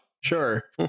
Sure